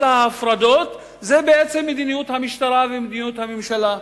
ההפרדות זה בעצם מדיניות המשטרה ומדיניות הממשלה,